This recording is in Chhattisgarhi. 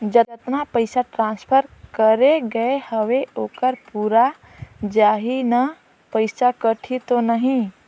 जतना पइसा ट्रांसफर करे गये हवे ओकर पूरा जाही न पइसा कटही तो नहीं?